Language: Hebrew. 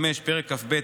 פרק כ"ב,